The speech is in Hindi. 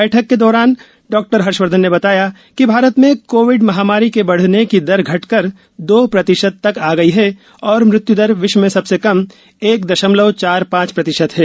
बैठक के दौरान डॉक्टर हर्षवर्धन ने बताया कि भारत में कोविड महामारी के बढ़ने की दर घटकर दो प्रतिशत तक आ गई है और मृत्यू दर विश्व में सबसे कम एक दशमलव चार पांच प्रतिशत है